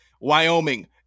Wyoming